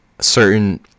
certain